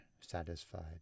satisfied